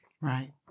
Right